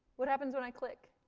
what happens when i click?